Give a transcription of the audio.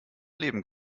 leben